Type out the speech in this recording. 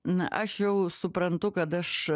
na aš jau suprantu kad aš